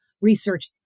research